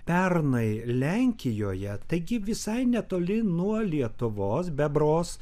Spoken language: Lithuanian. pernai lenkijoje taigi visai netoli nuo lietuvos bebros